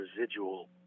residual